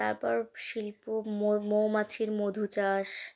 তারপর শিল্প মৌমাছির মধু চাষ